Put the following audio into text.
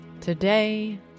Today